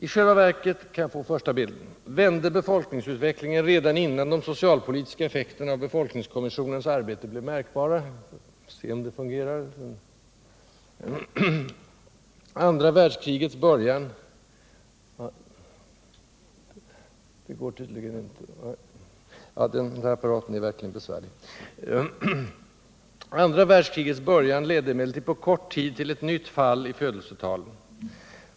I själva verket vände befolkningsutvecklingen redan innan de socialpolitiska effekterna av befolkningskommissionens arbete blev märkbara. Andra världskrigets början ledde emellertid på kort tid till ett nytt fall i födelsetalen.